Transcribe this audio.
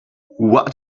what